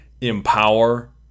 empower